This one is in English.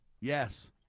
yes